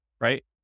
right